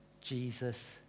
Jesus